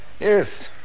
Yes